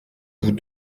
vous